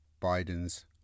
Biden's